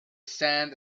sand